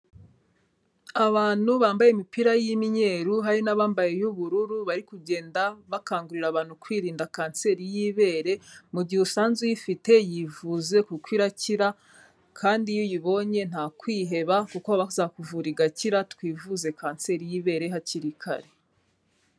Abantu bambaye imipira y'imyeru hari n'abambaye iy'ubururu bari kugenda bakangurira abantu kwirinda kanseri y'ibere, mu gihe usanze uyifite yivuze kuko irakira kandi iyo uyibonye nta kwiheba kuko baba bazakuvura igakira, twivuze kanseri y'ibere hakiri kare.